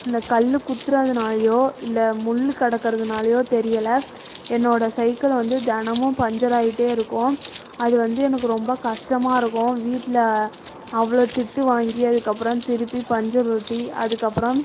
இந்த கல் குத்துகிறதனாலயோ இல்லை முள்ளு கிடக்குறதுனாலயோ தெரியலை என்னோடய சைக்கிளை வந்து தினமும் பஞ்சராகிட்டே இருக்கும் அது வந்து எனக்கு ரொம்ப கஷ்டமா இருக்கும் வீட்டில் அவ்வளோ திட்டு வாங்கி அதுக்கு அப்புறம் திருப்பி பஞ்சர் ஒட்டி அதுக்கு அப்புறம்